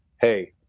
hey